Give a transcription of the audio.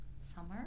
summer